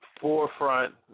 forefront